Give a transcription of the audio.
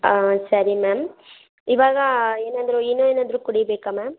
ಹಾಂ ಸರಿ ಮ್ಯಾಮ್ ಇವಾಗ ಏನಾದರೂ ಈನೋ ಏನಾದರೂ ಕುಡಿಬೇಕಾ ಮ್ಯಾಮ್